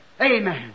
Amen